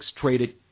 traded